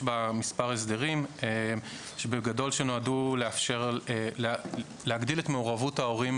יש בה מספר הסדרים שנועדו להגדיל את מעורבות ההורים